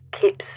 keeps